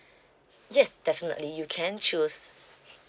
yes definitely you can choose